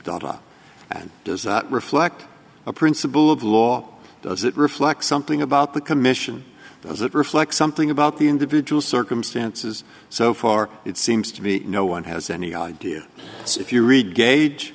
dogma and does not reflect a principle of law that reflects something about the commission as it reflects something about the individual circumstances so far it seems to be no one has any idea so if you read gage